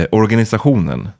organisationen